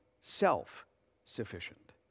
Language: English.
self-sufficient